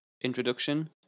introduction